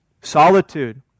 solitude